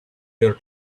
your